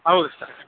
ಹೌದು ರೀ ಸರ್